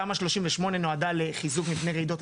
זאת תהיה הזדמנות למדינת ישראל להוכיח שהיא יודעת לעשות את